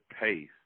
pace